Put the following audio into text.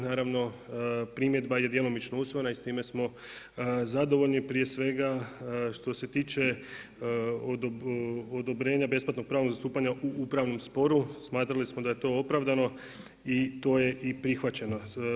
Naravno, primjedba je djelomično usvojena i s time smo zadovoljni, prije svega što se tiče odobrenja besplatnog pravnog zastupanja u upravnom sporu, smatrali smo da je to opravdano i to je i prihvaćeno.